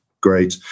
great